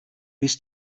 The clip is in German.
bis